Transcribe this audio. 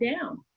down